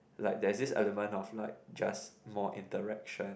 like there's this element of like just more interaction